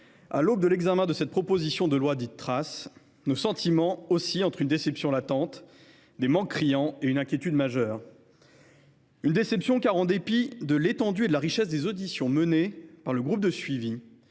à l’aube de l’examen de cette proposition de loi dite Trace, nos sentiments oscillent entre une déception latente, des regrets face à des manques criants et une inquiétude majeure. Une déception, disais je, car, en dépit de l’étendue et de la richesse des auditions menées par le groupe de suivi,